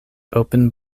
open